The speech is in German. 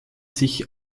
sich